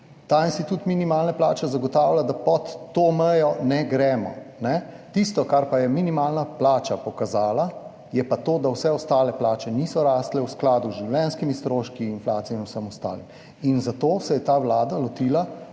Ta institut minimalne plače zagotavlja, da pod to mejo ne gremo. Tisto, kar pa je minimalna plača pokazala, je pa to, da vse ostale plače niso rasle v skladu z življenjskimi stroški, inflacijo in vsem ostalim. In zato se je ta vlada lotila